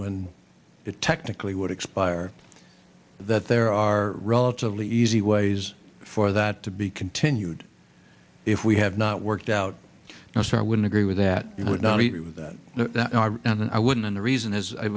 when it technically would expire that there are relatively easy ways for that to be continued if we have not worked out our start would agree with that you would not meet with that and i wouldn't and the reason is i